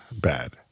bad